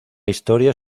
historia